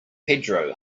pedro